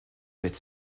with